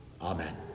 Amen